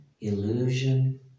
illusion